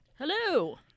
Hello